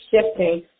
shifting